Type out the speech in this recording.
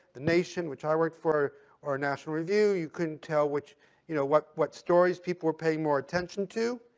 the nation, which i've worked for or national review, you couldn't tell which you know, what what stories people were paying more attention to.